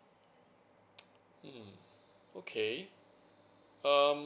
mm okay um